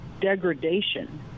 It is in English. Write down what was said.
degradation